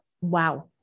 Wow